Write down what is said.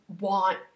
want